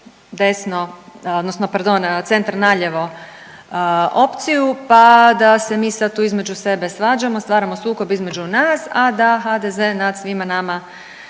desno, odnosno pardon, centar-nalijevo opciju pa da se mi sad tu između sebe svađamo, stvaramo sukob između nas, a da HDZ nad svima nama